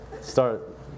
start